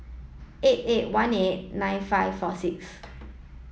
eight eight one eight nine five four six